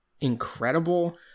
incredible